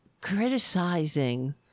criticizing